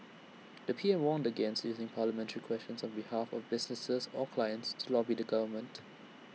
the P M warned against using parliamentary questions on behalf of businesses or clients to lobby the government